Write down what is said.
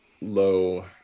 low